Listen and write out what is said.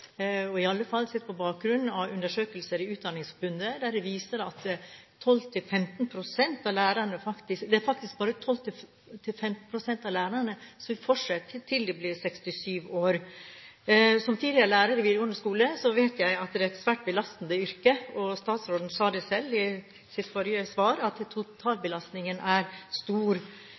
i alle fall sett på bakgrunn av undersøkelser i Utdanningsforbundet, som viser at det faktisk bare er 12–15 pst. av lærerne som vil fortsette til de blir 67 år. Som tidligere lærer ved videregående skole vet jeg at det er et svært belastende yrke. Statsråden sa det selv i sitt forrige svar, at totalbelastningen er stor.